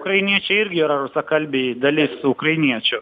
ukrainiečiai irgi yra rusakalbiai dalis ukrainiečių